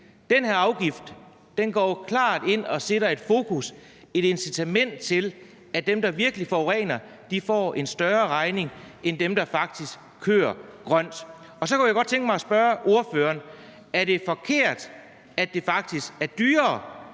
Den her afgift går jo klart ind og sætter et fokus og giver et incitament til, at dem, der virkelig forurener, får en større regning end dem, der faktisk kører grønt. Så kunne jeg godt tænke mig spørge ordføreren: Er det forkert, at det faktisk er dyrere